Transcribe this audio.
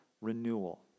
renewal